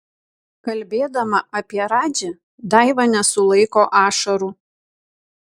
kalbėdama apie radži daiva nesulaiko ašarų